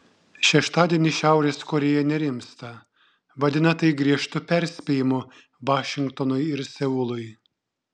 šeštadienį šiaurės korėja nerimsta vadina tai griežtu perspėjimu vašingtonui ir seului